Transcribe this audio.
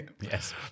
Yes